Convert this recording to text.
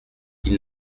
ils